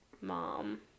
mom